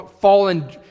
fallen